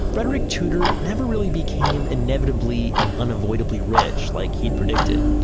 frederick tudor never really became inevitably an unavoidably rich like he'd predicted.